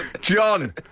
John